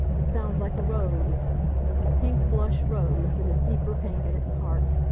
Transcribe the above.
it sounds like a rose a pink blush rose that is deeper pink at its heart,